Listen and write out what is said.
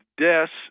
deaths